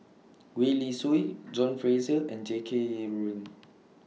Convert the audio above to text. Gwee Li Sui John Fraser and Jackie Yi Ru Ying